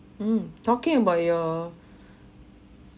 um talking about your